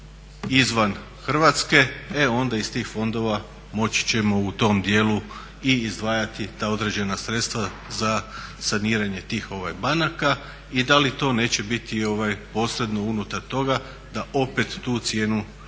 izvan Hrvatske, e onda iz tih fondova moći ćemo u tom dijelu i izdvajati ta određena sredstva za saniranje tih banaka i da li to neće biti posredno unutar toga da opet tu cijenu